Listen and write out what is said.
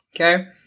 Okay